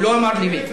הוא לא אמר לי מי.